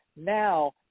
Now